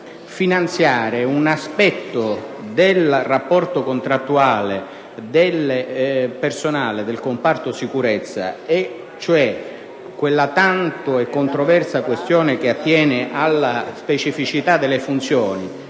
finanziare un aspetto del rapporto contrattuale del personale del comparto sicurezza, quella tanto controversa questione che attiene alla specificità delle funzioni,